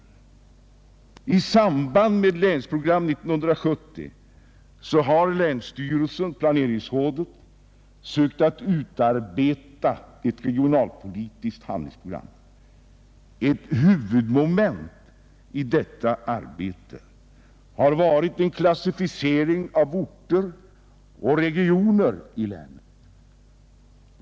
I samband med Länsprogram 1970 har länsstyrelsen och planeringsrådet sökt utarbeta ett regionalpolitiskt handlingsprogram. Ett huvudmoment i detta arbete har varit en klassificering av orter och regioner i länet.